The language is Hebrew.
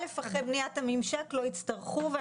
אחרי בניית הממשק לא יצטרכו להגיש בקשות